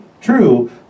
true